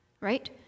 Right